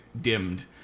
dimmed